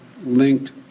linked